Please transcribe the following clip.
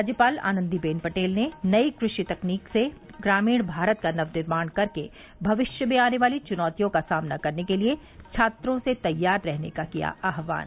राज्यपाल आनन्दीबेन पटेल ने नई कृषि तकनीक से ग्रामीण भारत का नव निर्माण कर के भविष्य में आने वाली चुनौतियों का सामना करने के लिये छात्रों से तैयार रहने का किया आहवान